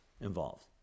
involved